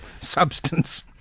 substance